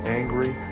angry